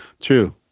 True